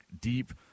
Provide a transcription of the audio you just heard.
deep